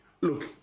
look